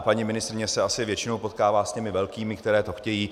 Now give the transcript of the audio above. Paní ministryně se asi většinou potkává s těmi velkými, kteří to chtějí.